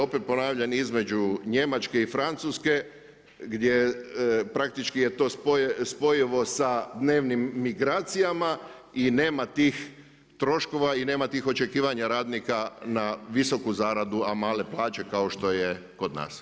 Opet ponavljam između Njemačke i Francuske, gdje praktički je to spojivo sa dnevnim migracijama i nema tih troškova i nema tih očekivanja radnika na visoku zaradu a male plaće kao što je kod nas.